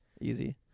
Easy